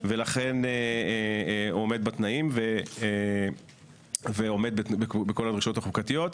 ולכן עומד בתנאים ועומד בכל הדרישות החוקתיות,